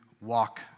walk